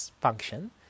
function